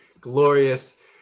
glorious